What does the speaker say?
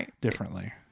differently